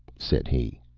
said he.